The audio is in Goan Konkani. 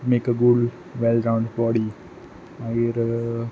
make a good all round body मागीर